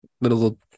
little